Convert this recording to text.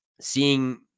seeing